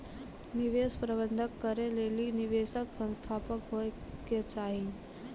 निवेश प्रबंधन करै लेली निवेशक संस्थान होय के चाहि